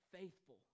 faithful